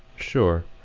sure.